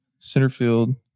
Centerfield